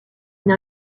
une